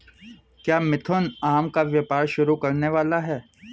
क्या मिथुन आम का व्यापार शुरू करने वाला है?